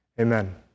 Amen